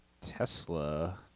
Tesla –